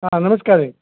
ಹಾಂ ನಮಸ್ಕಾರ ರೀ